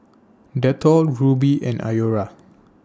Dettol Rubi and Iora